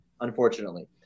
unfortunately